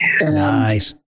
Nice